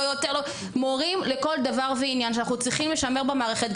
לא יותר לא פחות הם מורים לכל דבר ועניין שאנחנו צריכים לשמר במערכת,